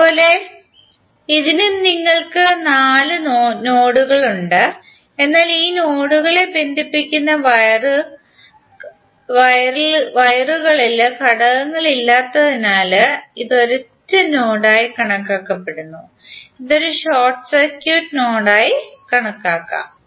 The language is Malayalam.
അതുപോലെ ഇതിനും നിങ്ങൾക്ക് നാല് നോഡുകൾ ഉണ്ട് എന്നാൽ ഈ നോഡുകളെ ബന്ധിപ്പിക്കുന്ന വയറുകളിൽ ഘടകങ്ങളില്ലാത്തതിനാൽ ഇത് ഒരൊറ്റ നോഡായി കണക്കാക്കപ്പെടുന്നു ഇത് ഒരു ഷോർട്ട് സർക്യൂട്ട് നോഡായി കണക്കാക്കാം